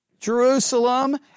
Jerusalem